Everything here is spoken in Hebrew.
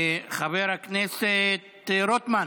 חבר הכנסת רוטמן,